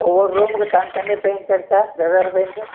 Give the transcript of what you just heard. ஒவ்வொரு ரூமுக்கு தனித்தனி பெயிண்ட் அடித்தா வெவ்வேறு பெயிண்ட்டு